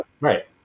Right